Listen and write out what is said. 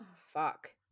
fuck